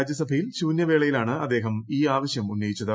രാജ്യസഭയിൽ ശൂന്യവേളയിലാണ് അദ്ദേഹം ഈ ആവശ്യം ഉന്നയിച്ചത്